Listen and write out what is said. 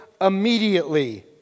immediately